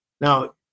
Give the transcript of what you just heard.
Now